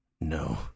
No